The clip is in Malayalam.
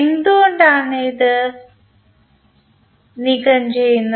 എന്തുകൊണ്ടാണ് ഇത് നീക്കംചെയ്യുന്നത്